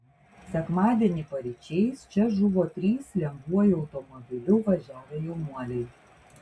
sekmadienį paryčiais čia žuvo trys lengvuoju automobiliu važiavę jaunuoliai